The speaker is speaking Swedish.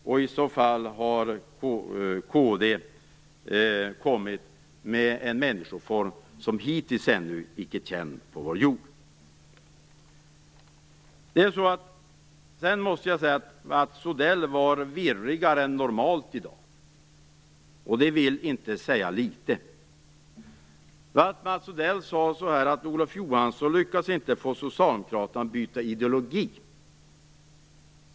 Om det är så har kd funnit en människoform som hittills inte är känd på vår jord. Jag måste säga att Mats Odell var virrigare än normalt i dag, och det vill inte säga litet. Mats Odell sade att Olof Johansson inte lyckats få Socialdemokraterna att byta ideologi.